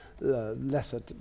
Lesser